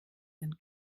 sind